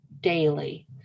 daily